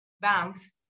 banks